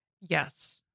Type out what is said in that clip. Yes